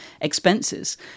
expenses